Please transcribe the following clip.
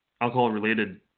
alcohol-related